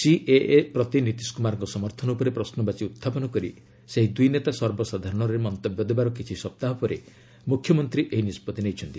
CAA ପ୍ରତି ନୀତିଶ୍ କୁମାରଙ୍କ ସମର୍ଥନ ଉପରେ ପ୍ରଶ୍ନବାଚୀ ଉତ୍ଥାପନ କରି ସେହି ଦୁଇ ନେତା ସର୍ବସାଧାରଣରେ ମନ୍ତବ୍ୟ ଦେବାର କିଛି ସପ୍ତାହ ପରେ ମୁଖ୍ୟମନ୍ତ୍ରୀ ଏହି ନିଷ୍କଭି ନେଇଛନ୍ତି